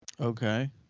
Okay